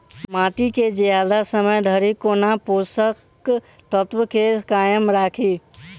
माटि केँ जियादा समय धरि कोना पोसक तत्वक केँ कायम राखि?